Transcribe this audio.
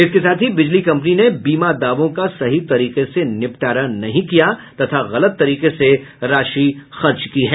इसके साथ ही बिजली कंपनी ने बीमा दावों का सही तरीके से निपटारा नहीं किया तथा गलत तरीके से राशि खर्च की है